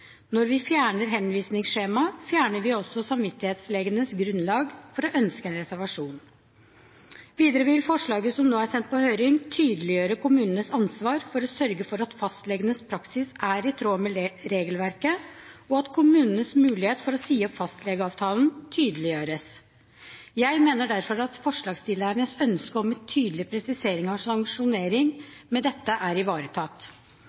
Når vi fjerner henvisningsskjemaet, fjerner vi også samvittighetslegenes grunnlag for å ønske en reservasjon. Videre vil forslaget som nå er sendt på høring, tydeliggjøre kommunenes ansvar for å sørge for at fastlegenes praksis er i tråd med regelverket, og kommunenes mulighet for å si opp fastlegeavtalen tydeliggjøres. Jeg mener derfor at forslagsstillernes ønske om en tydelig presisering av sanksjonering med dette er ivaretatt.